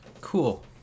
cool